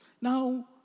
Now